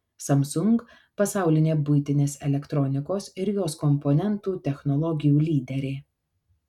samsung pasaulinė buitinės elektronikos ir jos komponentų technologijų lyderė